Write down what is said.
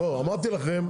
אמרתי לכם,